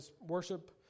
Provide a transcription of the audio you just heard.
worship